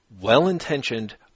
well-intentioned